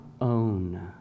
own